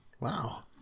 wow